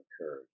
occurred